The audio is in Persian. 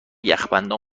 یخبندان